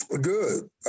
Good